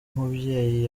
mubyeyi